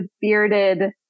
bearded